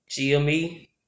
GME